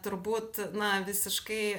turbūt na visiškai